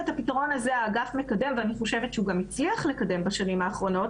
ואת הפיתרון הזה האגף מקדם ואני גם חושבת שהצליח לקדם בשנים האחרונות